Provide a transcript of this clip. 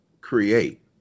create